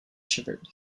shivered